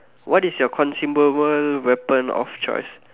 what is your consumable weapon of choice